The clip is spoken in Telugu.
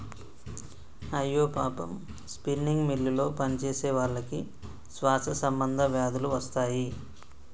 అయ్యో పాపం స్పిన్నింగ్ మిల్లులో పనిచేసేవాళ్ళకి శ్వాస సంబంధ వ్యాధులు వస్తాయి